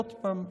עוד פעם,